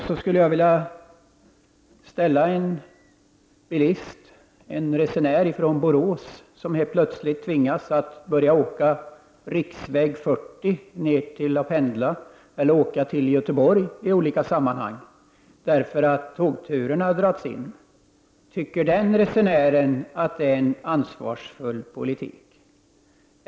Jag skulle vilja fråga en resenär från Borås som helt plötsligt tvingas börja åka riksväg 40 till Göteborg, därför att tågturerna har dragits in, om han tycker att det är en ansvarsfull politik.